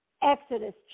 Exodus